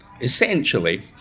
essentially